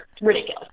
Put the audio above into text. ridiculous